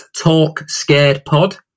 TalkScaredPod